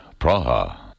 Praha